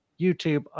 YouTube